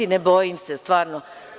Ne bojim se stvarno.